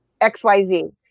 XYZ